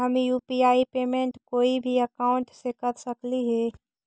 हम UPI payment कोई भी अकाउंट से कर सकली हे?